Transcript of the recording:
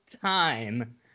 time